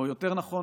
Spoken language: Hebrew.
או יותר נכון